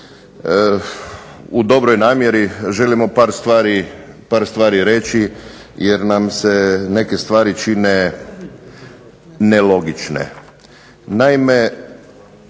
u dobroj namjeri želimo par stvari reći jer nam se neke stvari čine nelogične.